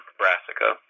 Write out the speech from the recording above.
brassica